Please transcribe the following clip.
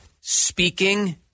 speaking